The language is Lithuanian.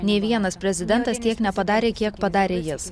nei vienas prezidentas tiek nepadarė kiek padarė jis